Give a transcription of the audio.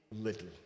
little